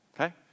okay